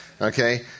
Okay